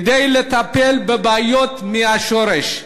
כדי לטפל בבעיות מהשורש.